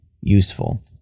useful